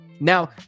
Now